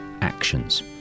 actions